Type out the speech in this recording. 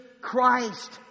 Christ